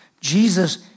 Jesus